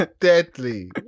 Deadly